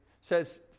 says